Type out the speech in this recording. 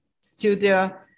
studio